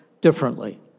differently